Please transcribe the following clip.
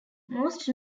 most